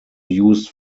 used